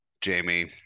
Jamie